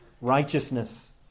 righteousness